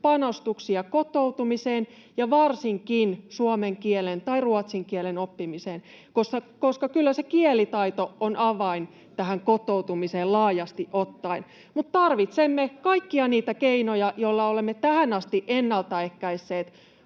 panostuksia kotoutumiseen ja varsinkin suomen kielen tai ruotsin kielen oppimiseen, koska kyllä se kielitaito on avain tähän kotoutumiseen laajasti ottaen. Tarvitsemme kaikkia niitä keinoja, joilla olemme tähän asti ennaltaehkäisseet